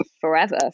forever